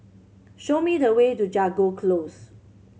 show me the way to Jago Close